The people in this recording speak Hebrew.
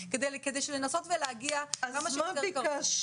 כדי לנסות ולהגיע כמה שיותר קרוב.